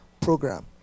program